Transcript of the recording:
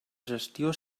gestió